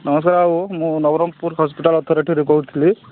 ନମସ୍କାର ବାବୁ ମୁଁ ନବରଙ୍ଗପୁର ହସ୍ପିଟାଲ୍ ଅଥରିଟିରୁ କହୁଥିଲି